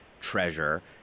treasure